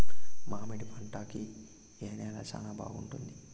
మామిడి పంట కి ఏ నేల చానా బాగుంటుంది